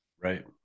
Right